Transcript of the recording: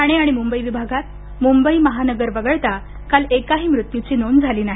ठाणे आणि मुंबई विभागात मुंबई महानगर वगळता काल एकाही मृत्युची नोंद झाली नाही